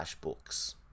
books